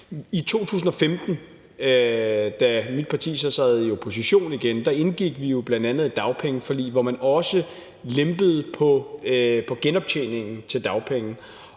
I 2015, da mit parti så sad i opposition igen, indgik vi jo bl.a. et dagpengeforlig, hvor man også lempede på genoptjeningen til dagpenge.